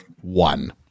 one